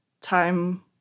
time